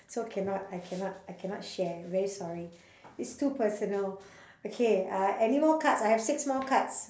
so cannot I cannot I cannot share very sorry it's too personal okay uh any more cards I have six more cards